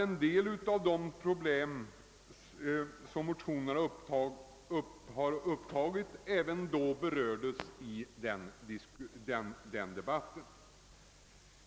En del av de problem som motionerna har tagit upp berördes redan i den debatten.